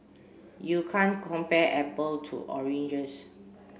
you can't compare apple to oranges